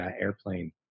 airplane